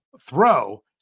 throw